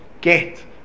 get